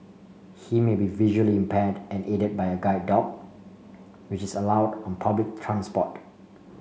he may be visually impaired and aided by a guide dog which is allowed on public transport